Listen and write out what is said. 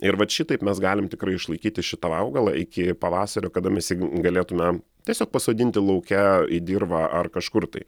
ir vat šitaip mes galim tikrai išlaikyti šitą augalą iki pavasario kada mes jį galėtume tiesiog pasodinti lauke į dirvą ar kažkur tai